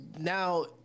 now